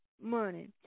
money